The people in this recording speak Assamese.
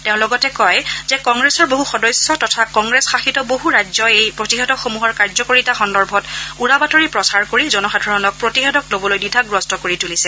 তেওঁ লগতে কয় যে কংগ্ৰেছৰ বহু সদস্য তথা কংগ্ৰেছ শাসিত বহু ৰাজ্যই এই প্ৰতিষেধকসমূহৰ কাৰ্যকৰিতা সন্দৰ্ভত উৰা বাতৰি প্ৰচাৰ কৰি জনসাধাৰণক প্ৰতিষেধক ল'বলৈ দ্বিধাগ্ৰস্ত কৰি তুলিছে